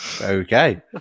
Okay